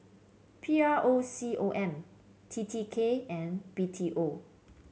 P R O C O M T T K and B T O